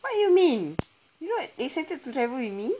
what you mean you not excited to travel with me